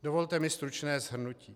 Dovolte mi stručné shrnutí.